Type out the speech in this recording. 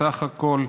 בסך הכול,